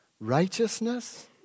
Righteousness